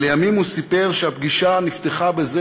לימים הוא סיפר שהפגישה נפתחה בזה